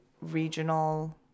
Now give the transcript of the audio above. regional